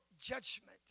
judgment